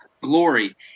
glory